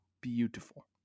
beautiful